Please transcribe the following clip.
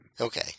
okay